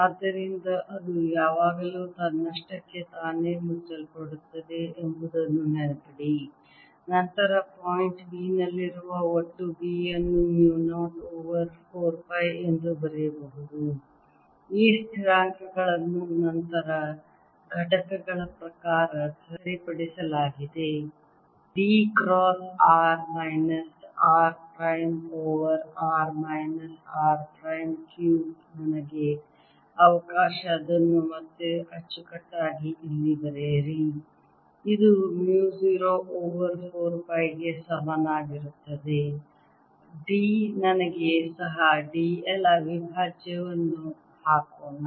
ಆದ್ದರಿಂದ ಅದು ಯಾವಾಗಲೂ ತನ್ನಷ್ಟಕ್ಕೆ ತಾನೇ ಮುಚ್ಚಲ್ಪಡುತ್ತದೆ ಎಂಬುದನ್ನು ನೆನಪಿಡಿ ನಂತರ ಪಾಯಿಂಟ್ B ನಲ್ಲಿರುವ ಒಟ್ಟು B ಅನ್ನು mu 0 ಓವರ್ 4 ಪೈ ಎಂದು ಬರೆಯಬಹುದು ಈ ಸ್ಥಿರಾಂಕಗಳನ್ನು ನಂತರ ಘಟಕಗಳ ಪ್ರಕಾರ ಸರಿಪಡಿಸಲಾಗಿದೆ I dl cross r minus r prime over r minus r prime cubed ನನಗೆ ಅವಕಾಶ ಅದನ್ನು ಮತ್ತೆ ಅಚ್ಚುಕಟ್ಟಾಗಿ ಇಲ್ಲಿ ಬರೆಯಿರಿ ಇದು mu 0 ಓವರ್ 4 ಪೈ ಗೆ ಸಮಾನವಾಗಿರುತ್ತದೆ I dl ನನಗೆ ಸಹ dl ಅವಿಭಾಜ್ಯವನ್ನು ಹಾಕೋಣ